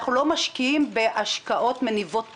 אנחנו לא משקיעים בהשקעות מניבות פרי.